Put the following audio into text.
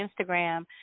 Instagram